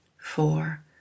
four